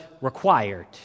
required